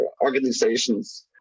organizations